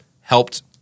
helped